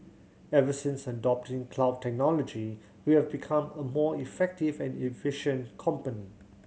ever since adopting cloud technology we have become a more effective and efficient company